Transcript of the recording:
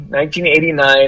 1989